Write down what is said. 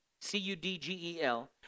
C-U-D-G-E-L